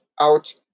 out